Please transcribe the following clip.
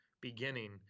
beginning